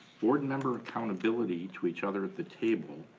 board member accountability to each other at the table,